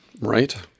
right